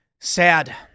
Sad